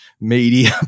media